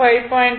5